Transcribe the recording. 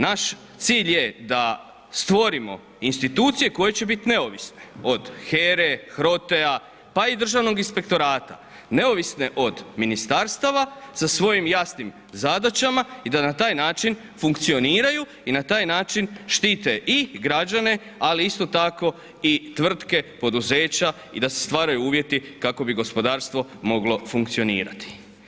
Naš cilj je da stvorimo institucije koje će bit neovisne, od HERA-e, HROTE-a, pa i Državnog inspektorata, neovisno od Ministarstava, sa svojim jasnim zadaćama i da na taj način funkcioniraju i na taj način štite i građane, ali isto tako i tvrtke, poduzeća i da se stvaraju uvjeti kako bi gospodarstvo moglo funkcionirati.